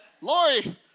Lori